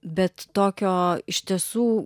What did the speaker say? bet tokio iš tiesų